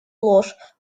ложь